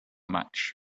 much